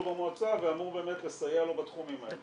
במועצה ואמור באמת לסייע לו בתחומים האלה.